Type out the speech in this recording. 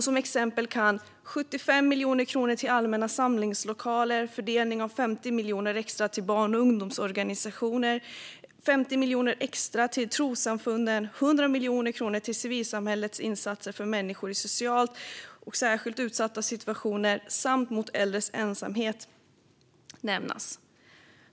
Som exempel kan nämnas 75 miljoner kronor till allmänna samlingslokaler, fördelning av 50 miljoner extra till barn och ungdomsorganisationer, 50 miljoner extra till trossamfunden och 100 miljoner kronor till civilsamhällets insatser för människor i socialt särskilt utsatta situationer samt mot äldres ensamhet.